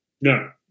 no